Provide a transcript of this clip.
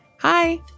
Hi